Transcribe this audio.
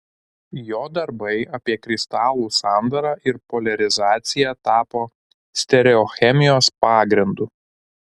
jo darbai apie kristalų sandarą ir poliarizaciją tapo stereochemijos pagrindu